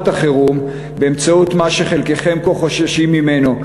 החירום באמצעות מה שחלקכם פה חוששים ממנו,